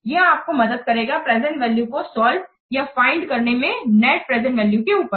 यह आपको मदद करेगा प्रेजेंट वैल्यू को सॉल्व या फाइंड करने में नेट प्रेजेंट वैल्यू के ऊपर